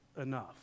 enough